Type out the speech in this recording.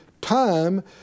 time